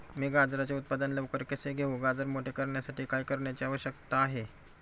मी गाजराचे उत्पादन लवकर कसे घेऊ? गाजर मोठे करण्यासाठी काय करण्याची आवश्यकता आहे?